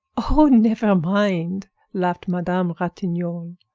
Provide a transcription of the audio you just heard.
oh! never mind! laughed madame ratignolle.